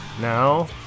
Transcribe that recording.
Now